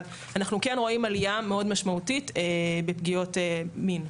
אבל אנחנו רואים עלייה מאוד ניכרת בפגיעות מין.